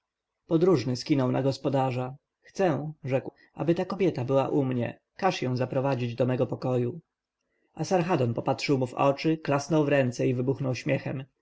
podróżny skinął na gospodarza chcę rzekł ażeby ta kobieta była u mnie każ ją zaprowadzić do mego pokoju asarhadon popatrzył mu w oczy klasnął w ręce i wybuchnął śmiechem